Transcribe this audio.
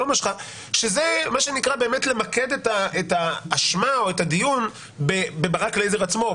זה למקד את האשמה או את הדיון בברק לייזר עצמו,